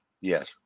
Yes